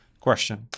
question